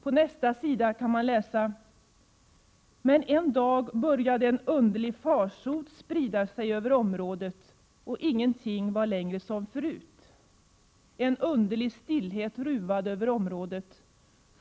På nästa sida kan man läsa: ”Men en dag började en underlig farsot sprida sig över området och ingenting var längre som förut. En underlig stillhet ruvade över området.